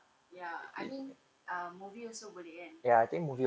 ya I mean movie also boleh and